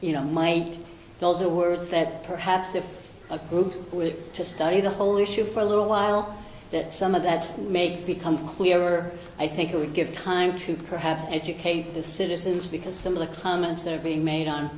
you know might those are words that perhaps if a group were to study the whole issue for a little while that some of that made become clearer i think it would give time to perhaps educate the citizens because some of the comments are being made on